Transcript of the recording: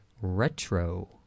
retro